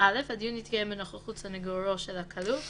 (א)הדיון יתקיים בנוכחות סניגורו של הכלוא,